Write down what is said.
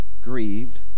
grieved